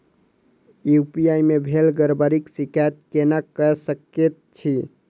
UPI मे भेल गड़बड़ीक शिकायत केना कऽ सकैत छी?